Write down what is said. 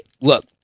look